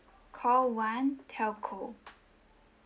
call one telco